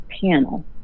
panel